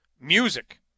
music